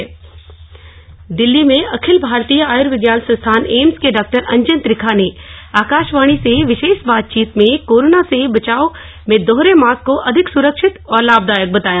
सलाह दिल्ली में अखिल भारतीय आयुर्विज्ञान संस्थान एम्स के डॉक्टर अंजन त्रिखा ने आकाशवाणी से विशेष बातचीत में कोरोना से बचाव में दोहरे मास्क को अधिक सुरक्षित और लाभदायक बताया